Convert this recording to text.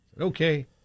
Okay